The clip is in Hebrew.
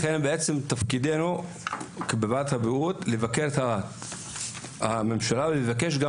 לכן תפקידנו בוועדת הבריאות לבקר את הממשלה ולבקש גם